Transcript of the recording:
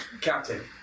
Captain